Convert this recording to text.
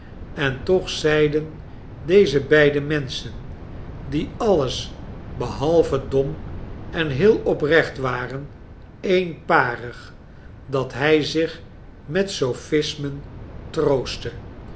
en toch zeiden deze beide menschen die alles behalve dom en heel oprecht waren eenparig dat hij zich met sophismen troostte